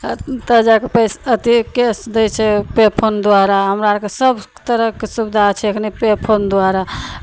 ओतय जा कऽ पैस अथी कैश दै छै ओ पे फोन द्वारा हमरा आरकेँ सभ तरहके सुविधा छै एखनि पे फोन द्वारा